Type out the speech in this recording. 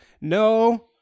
no